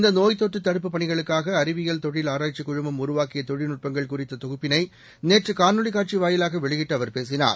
இந்தநோய்த் தொற்றுதடுப்புப் பணிகளுக்காகஅறிவியல் தொழில் குமும் உருவாக்கியதொழில்நுட்பங்கள் குறித்ததொகுப்பினைநேற்றுகாணொலிகாட்சிவாயிலாகவெளியிட்டுஅவர் பேசினார்